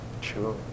Sure